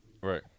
right